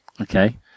okay